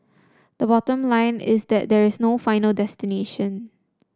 the bottom line is that there is no final destination